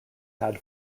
had